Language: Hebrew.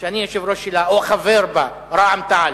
שאני יושב-ראש שלה או חבר בה, רע"ם-תע"ל,